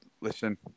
listen